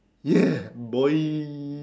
ya boy